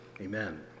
Amen